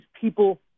people